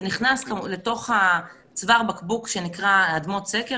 זה נכנס לתוך צוואר בקבוק שנקרא אדמות סקר